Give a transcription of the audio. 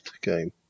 game